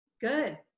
Good